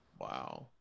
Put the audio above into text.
Wow